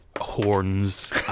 horns